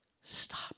stop